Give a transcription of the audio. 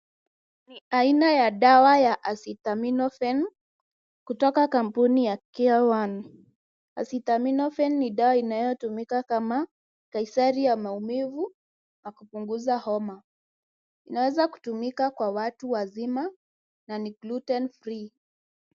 Ni aina ya dawa ya Acetaminophen kutoka kampuni ya Care One . Acetaminophen ni dawa inayotumika kama kaisari ya maumivu na kupunguza homa. Inaweza kutumika kwa watu wazima na ni gluten free .